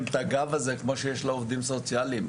את הגב הזה שיש לעובדים הסוציאליים.